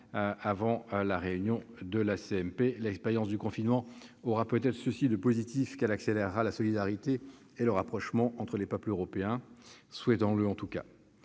avant la réunion de la CMP. L'expérience du confinement aura peut-être ceci de positif qu'elle accélérera la solidarité et le rapprochement entre les peuples européens. Souhaitons-le en tout cas.